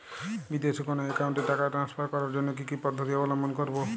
বিদেশের কোনো অ্যাকাউন্টে টাকা ট্রান্সফার করার জন্য কী কী পদ্ধতি অবলম্বন করব?